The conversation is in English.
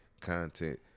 content